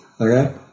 okay